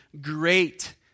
great